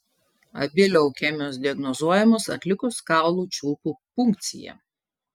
abi leukemijos diagnozuojamos atlikus kaulų čiulpų punkciją